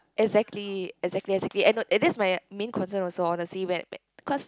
exactly exactly exactly and no that's my main concern also honestly when when cause